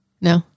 no